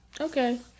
okay